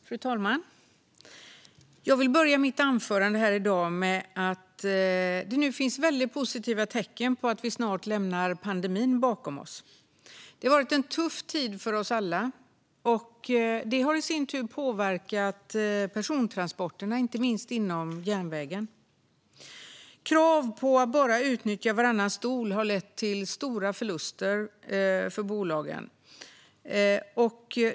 Fru talman! Jag vill börja mitt anförande här i dag med att säga att det nu finns väldigt positiva tecken på att vi snart lämnar pandemin bakom oss. Det har varit en tuff tid för oss alla. Det har i sin tur påverkat persontransporterna, inte minst inom järnvägen. Krav på att bara utnyttja varannan stol har lett till stora förluster för bolagen.